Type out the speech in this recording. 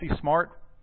smart